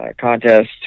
contest